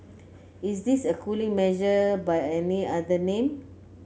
is this a cooling measure by any other name